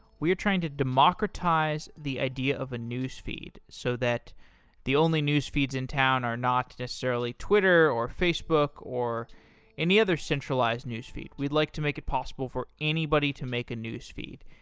we are trying to democratize the idea of a newsfeed so that the only newsfeeds in town are not necessarily twitter, or facebook, or any other centralized newsfeed. we'd like to make it possible for anybody to make a newsfeed.